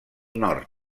nord